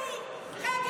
אוי אוי אוי.